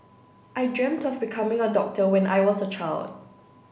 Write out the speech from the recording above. I dreamt of becoming a doctor when I was a child